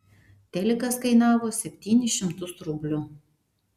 telikas kainavo septynis šimtus rublių